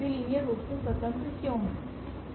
वे linear रूप से स्वतंत्र क्यों हैं